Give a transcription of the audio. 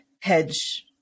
hedge